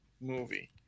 movie